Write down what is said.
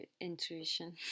intuition